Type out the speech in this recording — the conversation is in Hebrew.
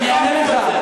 אני אענה לך,